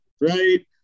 right